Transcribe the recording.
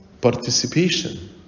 Participation